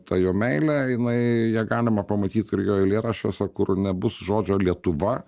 tą jo meilę jinai ją galima pamatyt ir jo eilėraščiuose kur nebus žodžio lietuva